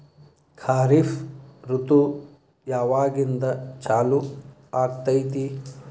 ಖಾರಿಫ್ ಋತು ಯಾವಾಗಿಂದ ಚಾಲು ಆಗ್ತೈತಿ?